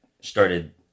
started